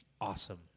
awesome